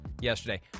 yesterday